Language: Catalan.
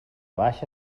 baixa